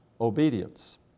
obedience